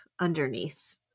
underneath